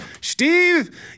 Steve